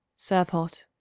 serve hot.